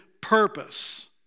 purpose